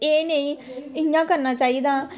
एह् नेईं इ'यां करना चाहिदा